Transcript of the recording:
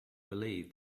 believe